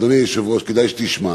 אדוני היושב-ראש, כדאי שתשמע,